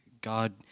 God